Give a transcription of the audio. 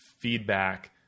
feedback